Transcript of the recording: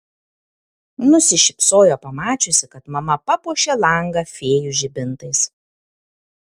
nusišypsojo pamačiusi kad mama papuošė langą fėjų žibintais